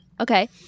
Okay